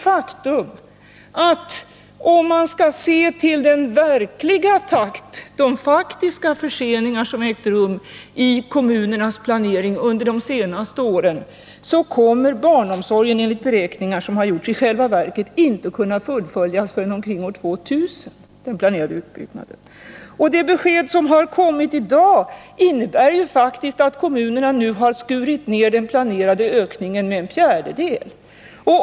På grund av de faktiska förseningar som ägt rum i kommunernas planering de senaste åren kommer den planerade utbyggnaden av barnomsorgen enligt beräkningar som har gjorts i själva verket inte att kunna fullföljas förrän omkring år 2000. Det besked som kommit i dag innebär faktiskt att kommunerna nu har skurit ned den planerade ökningen med en fjärdedel.